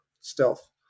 stealth